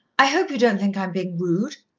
i hope you don't think i'm being rude?